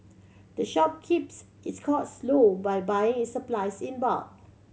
the shop keeps its cost low by buying its supplies in bulk